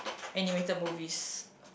animated movies